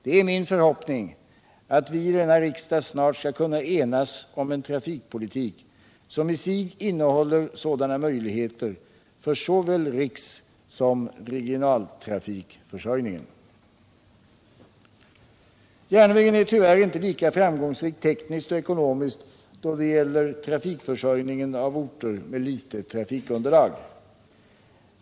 Det är min förhoppning att vi i denna riksdag snart skall kunna enas om en trafikpolitik, som i sig innehåller sådana möjligheter för såväl rikssom regionaltrafikförsörjningen. Järnvägen är tyvärr inte alltid framgångsrik tekniskt och ekonomiskt då det gäller trafikförsörjningen av orter med litet trafikunderlag.